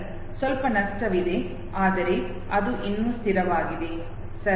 ಸ್ವಲ್ಪ ನಷ್ಟವಿದೆ ಆದರೆ ಅದು ಇನ್ನೂ ಸ್ಥಿರವಾಗಿದೆ ಸರಿ